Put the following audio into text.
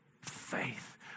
faith